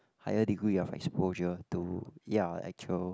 higher degree of exposure to ya actual